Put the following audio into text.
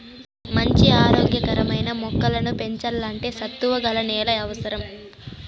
మంచి ఆరోగ్య కరమైన మొక్కలను పెంచల్లంటే సత్తువ గల నేల అవసరం